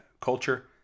culture